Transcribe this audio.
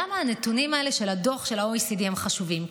למה הנתונים האלה של הדוח של ה-OECD חשובים?